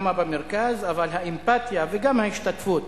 במרכז, אבל האמפתיה וגם ההשתתפות